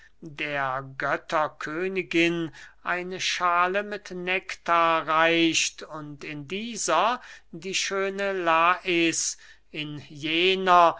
der götterkönigin eine schale mit nektar reicht und in dieser die schöne lais in jener